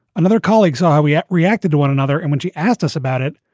another colleague saw how we reacted to one another and when she asked us about it.